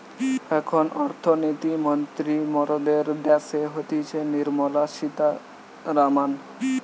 এখন অর্থনীতি মন্ত্রী মরদের ড্যাসে হতিছে নির্মলা সীতারামান